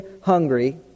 hungry